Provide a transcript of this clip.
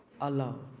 alone